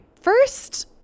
first